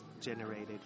generated